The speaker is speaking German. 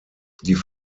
die